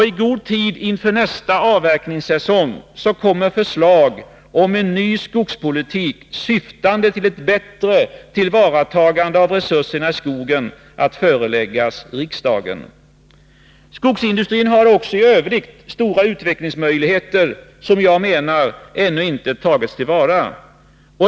I god tid inför nästa avverkningssäsong kommer förslag om en ny skogspolitik, syftande till ett bättre tillvaratagande av resurserna i skogen, att föreläggas riksdagen. Skogsindustrin har också i övrigt stora utvecklingsmöjligheter, som jag menar ännu inte tagits till vara.